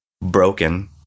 broken